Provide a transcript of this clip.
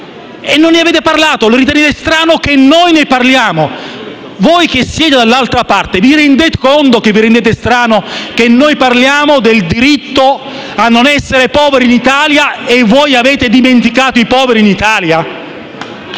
Non ne avete parlato e ritenete strano che noi ne parliamo? Voi, che siete dall'altra parte, vi rendete conto che è veramente strano che noi parliamo del diritto a non essere poveri in Italia e che voi avete dimenticato i poveri in Italia?